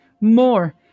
more